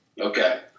Okay